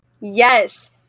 Yes